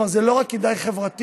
כלומר, זה לא רק כדאי חברתית,